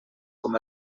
com